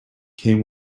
came